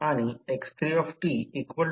येथे auto transformer आहे